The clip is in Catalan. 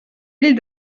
ell